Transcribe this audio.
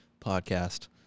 podcast